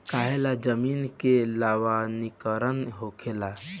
काहें ला जमीन के लवणीकरण होखेला